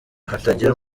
hatagira